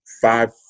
five